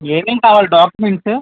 ఏమేమి కావాలి డాక్యుమెంట్సు